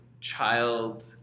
child